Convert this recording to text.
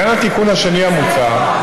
לעניין התיקון השני המוצע,